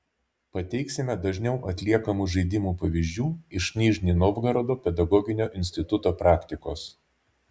pateiksime dažniau atliekamų žaidimų pavyzdžių iš nižnij novgorodo pedagoginio instituto praktikos